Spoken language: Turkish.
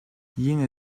yine